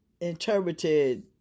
interpreted